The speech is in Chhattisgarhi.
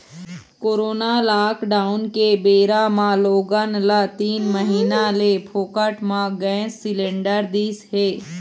कोरोना लॉकडाउन के बेरा म लोगन ल तीन महीना ले फोकट म गैंस सिलेंडर दिस हे